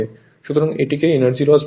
সুতরাং এটিকেই energy loss বলে